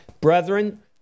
Brethren